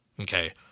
okay